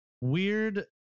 weird